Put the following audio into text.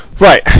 Right